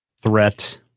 threat